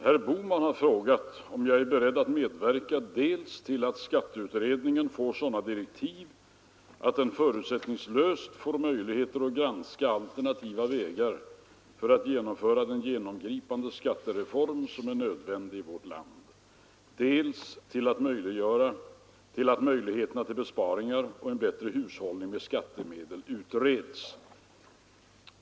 Herr talman! Herr Bohman har frågat om jag är beredd att medverka dels till att skatteutredningen får sådana direktiv, att den förutsättningslöst får möjlighet att granska alternativa vägar att genomföra den genomgripande skattereform som är nödvändig i vårt land, dels till att möjligheterna till besparingar och en bättre hushållning med skattemedel utreds.